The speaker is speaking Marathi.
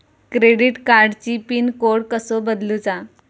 क्रेडिट कार्डची पिन कोड कसो बदलुचा?